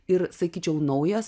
ir sakyčiau naujas